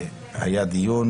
היה דיון